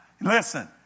Listen